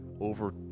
over